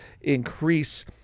increase